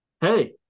Hey